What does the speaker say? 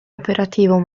operativo